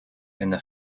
inner